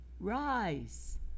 rise